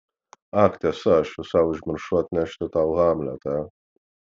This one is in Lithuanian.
ak tiesa aš visai užmiršau atnešti tau hamletą